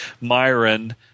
Myron